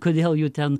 kodėl jų ten